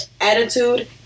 attitude